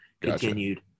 Continued